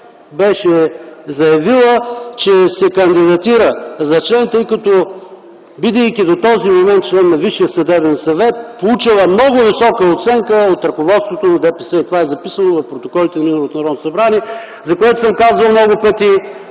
беше заявила, че се кандидатира за член, тъй като бидейки до този момент член на Висшия съдебен съвет, получила много висока оценка от ръководството на ДПС. Това е записано в протоколите на миналото Народно събрание. Затова съм казвал много пъти